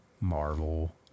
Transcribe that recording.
Marvel